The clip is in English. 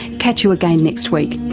catch you again next week,